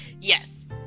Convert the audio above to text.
Yes